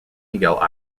miguel